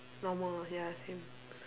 normal ya same